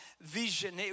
vision